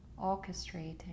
orchestrating